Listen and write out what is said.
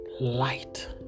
light